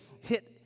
hit